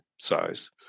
size